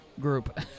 group